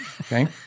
Okay